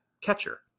catcher